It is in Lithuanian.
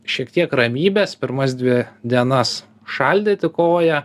šiek tiek ramybės pirmas dvi dienas šaldyti koją